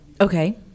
okay